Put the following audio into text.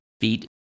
feet